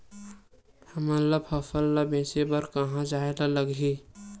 हमन ला फसल ला बेचे बर कहां जाये ला लगही?